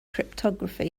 cryptography